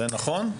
זה נכון?